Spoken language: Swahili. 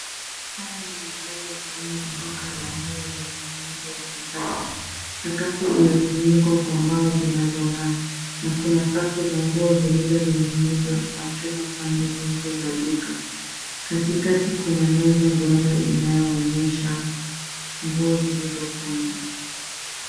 Haya ni mandhari ya ndani ya duka la nguo lenye muundo wa kisasa. Sakafu imefunikwa kwa mbao zinazong'aa na kuna safu za nguo zilizoning'inizwa kwa chuma pande zote za duka. Katikati kuna meza duara inayoonyesha nguo zilizokunjwa.